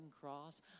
cross